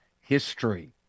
history